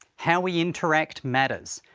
how we interact matters.